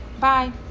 Bye